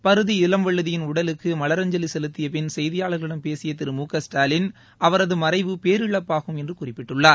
பரிதி இளம்வழுதியின் உடலுக்கு மலரஞ்சலி செலுத்திய பின் செய்தியாளர்களிடம் பேசிய திரு மு க ஸ்டாலின் அவரது மறைவு பேரிழப்பாகும் என்று குறிப்பிட்டுள்ளார்